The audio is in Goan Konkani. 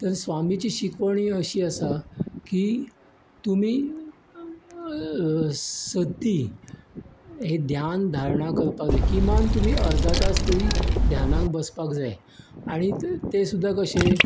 त्या स्वामिची शिकोवणी अशी आसा की तुमी सधीं हें ध्यान धार्णां करपाक जाय किमान तुमी अर्द तास तरी ध्यानाक बसपाक जाय आनी ते ते सुद्दां कशें